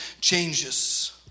changes